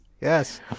Yes